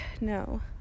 No